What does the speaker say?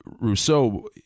Rousseau